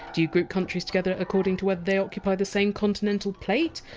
do you group countries together according to whether they occupy the same continental plate?